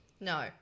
No